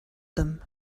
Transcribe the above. them